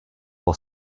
will